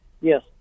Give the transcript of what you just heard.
Yes